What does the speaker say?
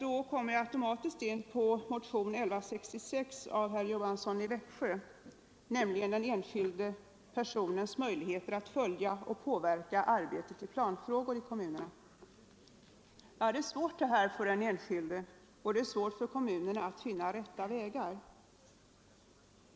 Här kommer jag automatiskt in på motionen 1166 av herr Johansson i Växjö m.fl., som gäller den enskilda personens möjligheter att följa och påverka arbetet i planfrågor inom kommunerna. Situationen är svår för den enskilde, och det är också svårt för kommunerna att finna rätta vägar.